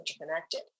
interconnected